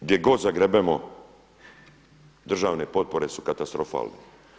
Gdje god zagrebemo državne potpore su katastrofalne.